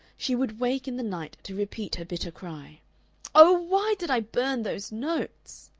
she would wake in the night to repeat her bitter cry oh, why did i burn those notes?